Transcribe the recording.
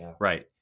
right